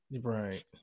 Right